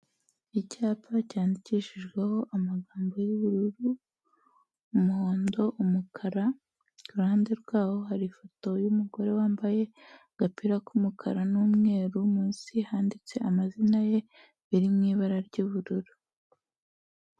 Icyapa cyandikishijweho amagambo y'ubururu, umuhondo, umukara, ku ruhande rwaho hari ifoto y'umugore wambaye agapira k'umukara n'umweru, munsi handitse amazina ye biri mu ibara ry'ubururu.